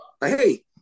hey